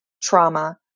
trauma